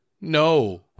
No